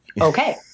Okay